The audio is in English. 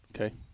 Okay